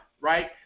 right